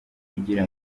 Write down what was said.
kugira